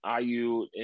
IU